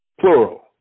plural